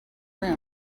room